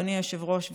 אדוני היושב-ראש,